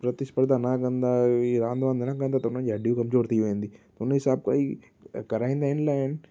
प्रतिस्पर्धा न कंदा हीअ रांदि वांद न कंदा त हुननि जूं हॾियूं कमज़ोर थी वेंदी हुन हिसाब खां हीउ कराईंदा इन लाइ आहिनि